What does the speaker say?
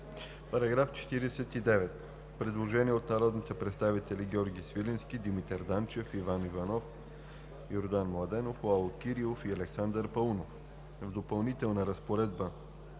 По § 49 има предложение от народните представители Георги Свиленски, Димитър Данчев, Иван Иванов, Йордан Младенов, Лало Кирилов и Александър Паунов: „В Допълнителната разпоредба,